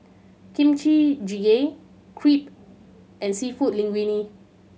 Kimchi Jjigae Crepe and Seafood Linguine